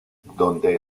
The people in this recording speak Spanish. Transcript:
donde